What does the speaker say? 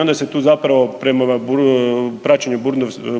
onda se tu zapravo prema praćenju